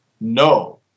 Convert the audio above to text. no